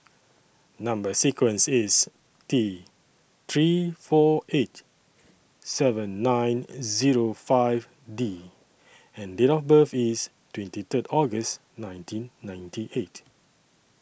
Number sequence IS T three four eight seven nine Zero five D and Date of birth IS twenty Third August nineteen ninety eight